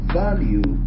value